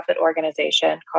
organization